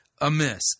amiss